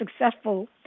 successful